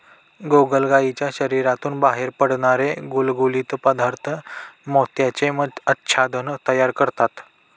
गोगलगायीच्या शरीरातून बाहेर पडणारे गुळगुळीत पदार्थ मोत्याचे आच्छादन तयार करतात